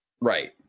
right